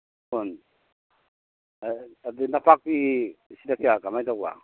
ꯀꯨꯟ ꯑꯗꯨꯗꯤ ꯅꯄꯥꯛꯄꯤ ꯁꯤꯅ ꯀꯌꯥ ꯀꯃꯥꯏ ꯇꯧꯕ